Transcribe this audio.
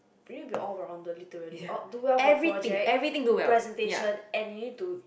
you need to be all rounder literally do well for project presentation and you need to